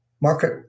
Market